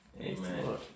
Amen